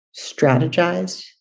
strategize